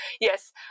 yes